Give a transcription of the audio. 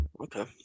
Okay